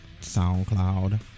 SoundCloud